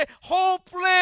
hopeless